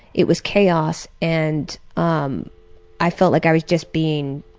it was chaos, and um i felt like i was just being,